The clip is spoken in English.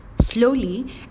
slowly